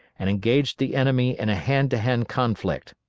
and engaged the enemy in a hand-to-hand conflict.